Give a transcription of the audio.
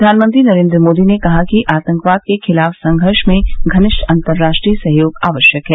प्रधानमंत्री नरेन्द्र मोदी ने कहा है कि आतंकवाद के खिलाफ संघर्ष में घनिष्ठ अंतर्राष्ट्रीय सहयोग आवश्यक है